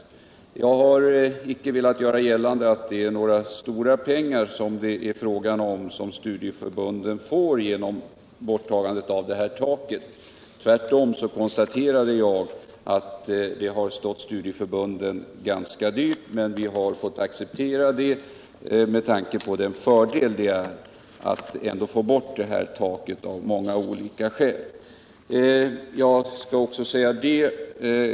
Jag har icke velat göra gällande att det är fråga om några stora pengar som studieförbunden får genom borttagandet av taket — tvärtom. Jag konstaterade att det stått studieförbunden ganska dyrt, men vi har fått acceptera det med tanke på den fördel det ändå av olika skäl är att få bort taket.